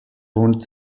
rund